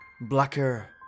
Blacker